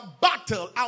battle